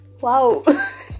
Wow